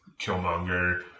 Killmonger